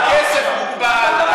הכסף מוגבל,